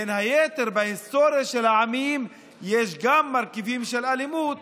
בין היתר בהיסטוריה של העמים יש גם מרכיבים של אלימות